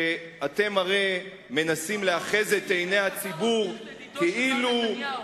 אתם הרי מנסים לאחז את עיני הציבור, מר נתניהו.